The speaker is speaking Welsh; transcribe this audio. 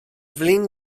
flin